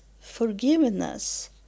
forgiveness